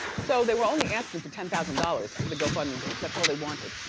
so they were only asking for ten thousand dollars for the gofundme and page, that's all they wanted.